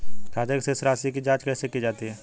खाते की शेष राशी की जांच कैसे की जाती है?